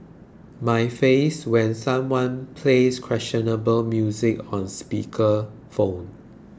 my face when someone plays questionable music on speaker phone